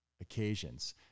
occasions